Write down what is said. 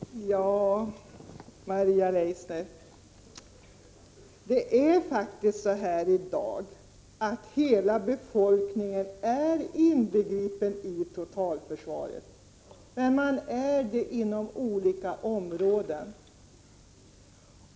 Herr talman! Ja, Maria Leissner, det är faktiskt så i dag att hela befolkningen är inbegripen i totalförsvaret, men man är det inom olika områden.